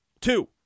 Two